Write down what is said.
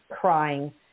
crying